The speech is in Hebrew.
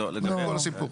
זה כל הסיפור.